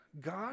God